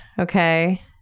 Okay